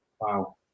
Wow